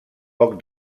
poc